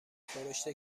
خورشت